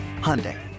Hyundai